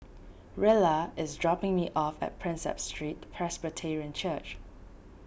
Rella is dropping me off at Prinsep Street Presbyterian Church